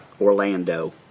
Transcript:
Orlando